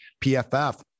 PFF